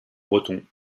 bretons